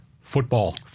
football